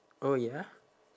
oh ya